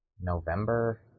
November